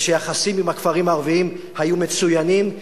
ושהיחסים עם הכפרים הערביים היו מצוינים.